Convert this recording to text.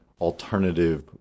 alternative